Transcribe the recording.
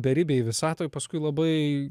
beribėj visatoj paskui labai